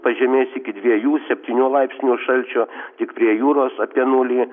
pažemės iki dviejų septynių laipsnių šalčio tik prie jūros apie nulį